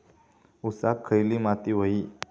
ऊसाक खयली माती व्हयी?